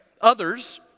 Others